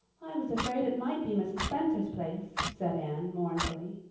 i was afraid it might be mrs. spencer's place, said anne mournfully.